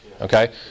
okay